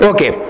Okay